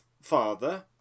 father